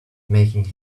making